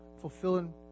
Fulfilling